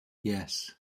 yes